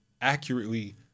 accurately